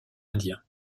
indien